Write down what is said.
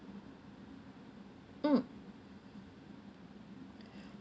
mm